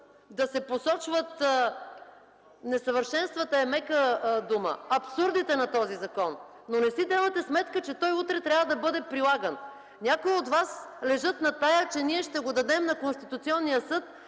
да се посочват несъвършенствата, е мека дума, абсурдите на този закон. Не си давате сметка, че той утре трябва да бъде прилаган. Някои от Вас лежат на това, че ние ще го дадем на Конституционния съд